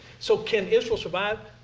so, can israel survive?